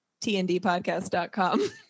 tndpodcast.com